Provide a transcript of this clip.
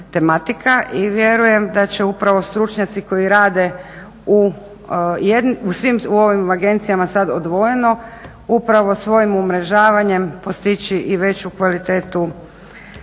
I vjerujem da će upravo stručnjaci koji rade u svim ovim agencijama sada odvojeno upravo svojim umrežavanjem postići i veću kvalitetu